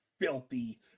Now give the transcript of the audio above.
filthy